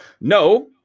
No